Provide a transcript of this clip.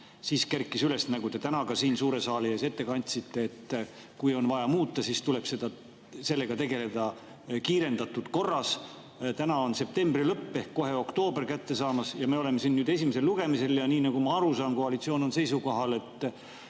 Siis kerkis üles [teema], nagu te täna ka siin suure saali ees ette kandsite, et kui on vaja [seadust] muuta, siis tuleb sellega tegeleda kiirendatud korras. Praegu on septembri lõpp ehk kohe oktoober kätte [jõudmas] ja me oleme siin esimesel lugemisel. Ja nii nagu ma aru saan, koalitsioon on seisukohal, et